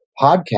podcast